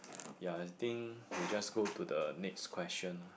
ya I think we just go to the next question